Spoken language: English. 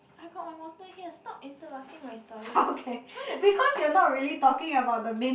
I got my water here stop interrupting my story trying to think